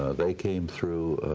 ah they came through,